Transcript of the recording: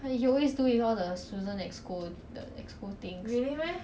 then he also like see ah I only at this chapter like know a front few chapters only